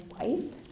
wife